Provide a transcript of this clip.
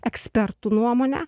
ekspertų nuomonę